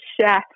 Chef